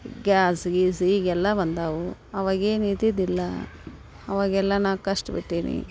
gas ಗೀಸ್ ಈಗೆಲ್ಲ ಬಂದಿವೆ ಅವಾಗ ಏನೂ ಇದ್ದಿರ್ಲಿಲ್ಲ ಅವಾಗೆಲ್ಲ ನಾನು ಕಷ್ಟ ಬಿಟ್ಟೇನಿ